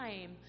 time